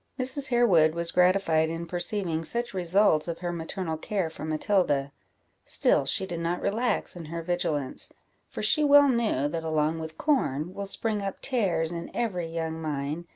mrs. harewood was gratified in perceiving such results of her maternal care for matilda still she did not relax in her vigilance for she well knew, that along with corn will spring up tares in every young mind,